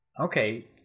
Okay